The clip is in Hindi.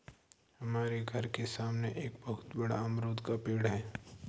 हमारे घर के सामने एक बहुत बड़ा अमरूद का पेड़ है